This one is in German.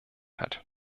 hat